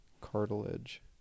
cartilage